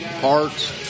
parts